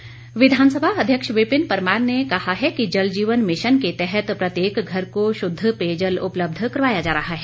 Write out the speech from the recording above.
परमार विधानसभा अध्यक्ष विपिन परमार ने कहा है कि जलजीवन मिशन के तहत प्रत्येक घर को शद्द पेयजल उपलब्ध करवाया जा रहा है